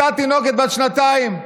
אותה תינוקת בת שנתיים,